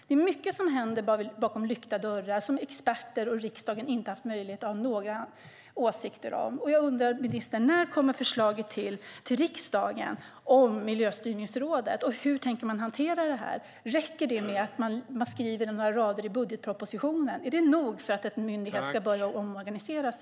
Det är mycket som händer bakom lyckta dörrar och som experter och riksdagen inte har haft möjlighet att ha några åsikter om. När kommer förslaget om Miljöstyrningsrådet till riksdagen, och hur tänker man hantera detta? Räcker det att man skriver några rader i budgetpropositionen för att en myndighet ska börja omorganiseras?